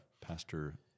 Pastor